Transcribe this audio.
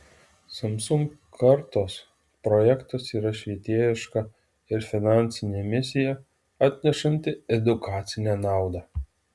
samsung kartos projektas yra švietėjiška ir finansinė misija atnešanti edukacinę naudą